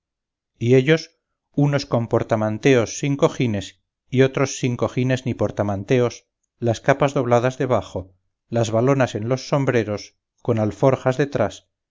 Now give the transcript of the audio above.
y ellos unos con portamanteos sin cojines y otros sin cojines ni portamanteos las capas dobladas debajo las valonas en los sombreros con alforjas detrás